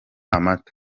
amata